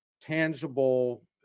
tangible